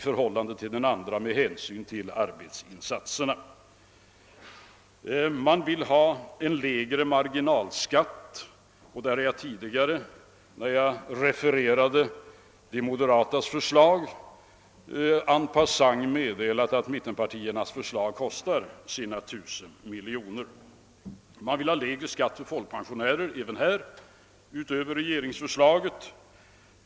Man vill vidare ha lägre marginalskatt, och i detta avseende har jag tidigare i samband med att jag refererade de moderatas förslag en passant meddelat att mittenpartiernas förslag kostar ungefär 1000 miljoner kronor. Även mittenpartierna vill ha lägre skatt för folkpensionärer utöver vad regeringsförslaget ger.